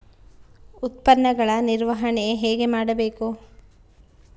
ಉತ್ಪನ್ನಗಳ ನಿರ್ವಹಣೆ ಹೇಗೆ ಮಾಡಬೇಕು?